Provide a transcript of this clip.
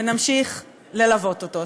ונמשיך ללוות אותו.